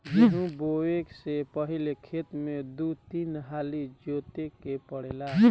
गेंहू बोऐ से पहिले खेत के दू तीन हाली जोते के पड़ेला